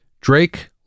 Drake